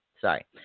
Sorry